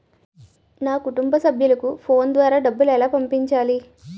నా కుటుంబ సభ్యులకు ఫోన్ ద్వారా డబ్బులు ఎలా పంపించాలి?